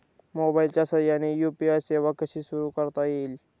मोबाईलच्या साहाय्याने यू.पी.आय सेवा कशी सुरू करता येईल?